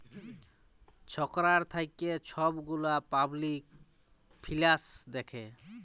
ছরকার থ্যাইকে ছব গুলা পাবলিক ফিল্যাল্স দ্যাখে